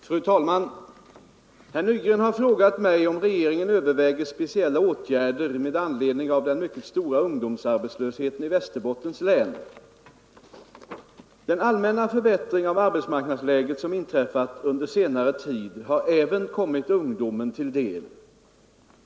Fru talman! Herr Nygren har frågat mig om regeringen överväger speciella åtgärder med anledning av den mycket stora ungdomsarbetslösheten i Västerbottens län. Den allmänna förbättring av arbetsmarknadsläget som inträffat under senare tid har även kommit ungdomen till del.